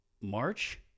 March